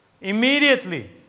Immediately